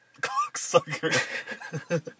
cocksucker